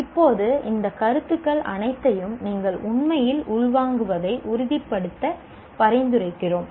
இப்போது இந்த கருத்துக்கள் அனைத்தையும் நீங்கள் உண்மையில் உள்வாங்குவதை உறுதிப்படுத்த பரிந்துரைக்கிறோம்